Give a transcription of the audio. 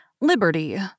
Liberty